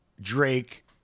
Drake